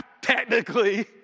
technically